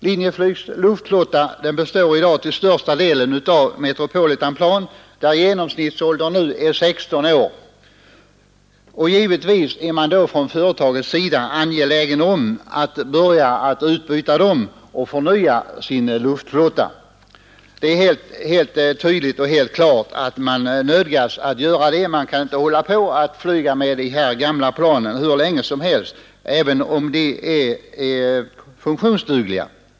Linjeflygs luftflotta består i dag till största delen av Metropolitanplan, vilkas genomsnittsålder nu är 16 år, och man är givetvis från företagets sida angelägen om att börja utbyta dem och förnya sin luftflotta. Det är tydligt och klart att man nödgas göra det. Man kan inte hålla på och flyga med de gamla planen hur länge som helst även om de är funktionsdugliga.